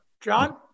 John